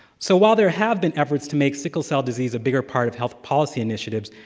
so while there have been efforts to make sickle cell disease a bigger part of health policy initiatives,